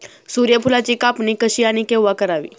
सूर्यफुलाची कापणी कशी आणि केव्हा करावी?